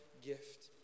gift